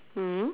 mm